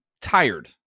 tired